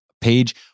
page